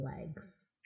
legs